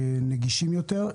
ונגישים יותר.